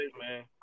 man